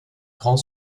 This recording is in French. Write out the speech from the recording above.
grand